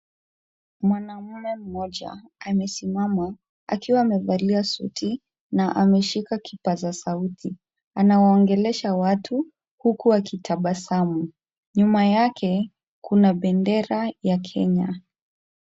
Mwanamme mmoja amesimama akiwa amevalia suti na ameshika kipaza sauti. Anawaongelesha watu huku akitabasamu. Nyuma yake kuna bendera ya Kenya.